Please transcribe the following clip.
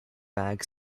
bag